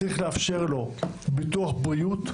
צריך לאפשר לו ביטוח בריאות,